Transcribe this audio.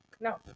No